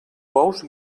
bous